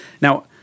Now